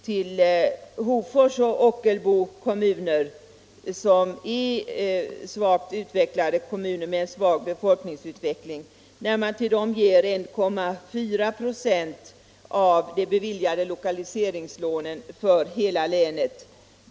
Till Hofors och Ockelbo kommuner, som har en svag befolkningsutveckling, ger man 1,4 926 av de beviljade lokaliseringslånen för hela länet.